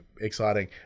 exciting